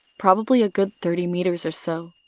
probably a good thirty meters or so.